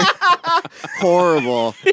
Horrible